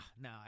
No